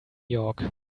york